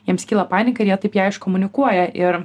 jiems kyla panika ir jie taip ją iškomunikuoja ir